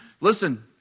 listen